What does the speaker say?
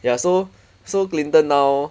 ya so so clinton now